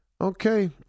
okay